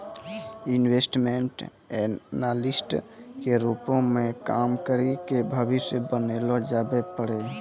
investment analyst के रूपो मे काम करि के भविष्य बनैलो जाबै पाड़ै